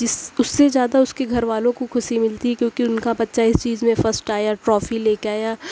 جس اس سے زیادہ اس کے گھر والوں کو خوشی ملتی ہے کیونکہ ان کا بچہ اس چیز میں فسٹ آیا ٹرافی لے کے آیا